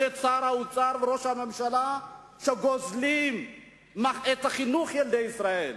שר האוצר וראש הממשלה גוזלים את חינוך ילדי ישראל,